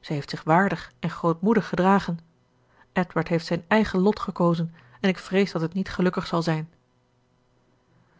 zij heeft zich waardig en grootmoedig gedragen edward heeft zijn eigen lot gekozen en ik vrees dat het niet gelukkig zal zijn